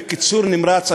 בקיצור נמרץ,